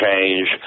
change